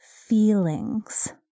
feelings